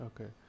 Okay